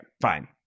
fine